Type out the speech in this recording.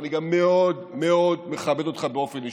ואני גם מאוד מאוד מכבד אותך באופן אישי,